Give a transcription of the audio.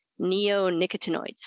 neonicotinoids